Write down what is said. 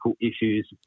issues